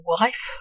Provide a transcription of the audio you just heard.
wife